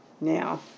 now